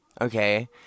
Okay